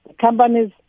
companies